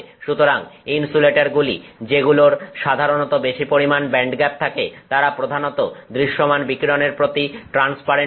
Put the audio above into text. সুতরাং ইনসুলেটরগুলি যেগুলোর সাধারণত বেশি পরিমাণ ব্যান্ডগ্যাপ থাকে তারা প্রধানত দৃশ্যমান বিকিরণের প্রতি ট্রান্সপারেন্ট হয়